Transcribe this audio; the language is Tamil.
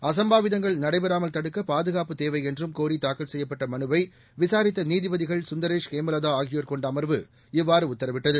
அசம்பாவிதங்கள் நடைபெறாமல் தடுக்க பாதுகாப்பு தேவை என்றும் கோரி தாக்கல் செய்யப்பட்ட மனுவை விசாரித்த நீதிபதிகள் சுந்தரேஷ் ஹேமலதா ஆகியோர் கொண்ட அமர்வு இவ்வாறு உத்தரவிட்டது